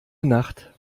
nacht